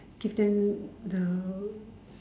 give them the